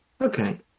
Okay